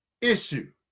issue